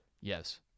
Yes